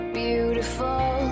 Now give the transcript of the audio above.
beautiful